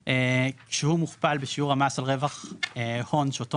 שהוא מוכפל בשיעור המס על רווח הון שאותו